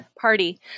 party